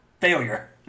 failure